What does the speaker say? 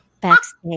backstage